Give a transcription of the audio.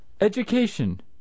Education